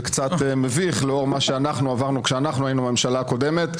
קצת מביך לאור מה שאנחנו עברנו כשאנחנו היינו בממשלה הקודמת,